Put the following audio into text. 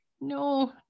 no